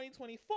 2024